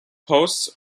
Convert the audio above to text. posts